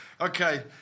Okay